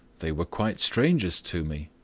they were quite strangers to me,